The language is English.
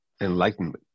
enlightenment